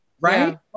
right